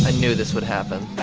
ah knew this would happen bye,